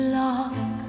lock